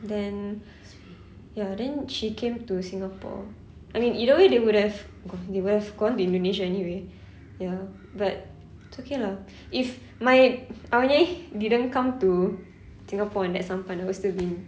then ya then she came to singapore I mean either way they would have gone they would have gone to indonesia anyway ya but it's okay lah if my arwah nyai didn't come to singapore in that sampan I would still be